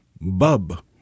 bub